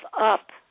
up